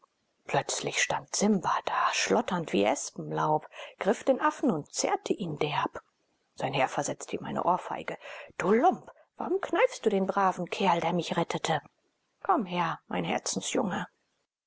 plötzlich stand simba da schlotternd wie espenlaub griff den affen und zauste ihn derb sein herr versetzte ihm eine ohrfeige du lump warum kneifst du den braven kerl der mich rettete komm her mein